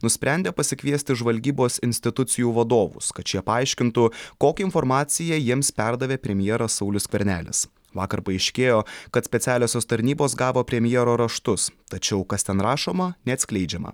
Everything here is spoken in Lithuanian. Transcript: nusprendė pasikviesti žvalgybos institucijų vadovus kad šie paaiškintų kokią informaciją jiems perdavė premjeras saulius skvernelis vakar paaiškėjo kad specialiosios tarnybos gavo premjero raštus tačiau kas ten rašoma neatskleidžiama